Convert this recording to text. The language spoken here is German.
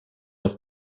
auch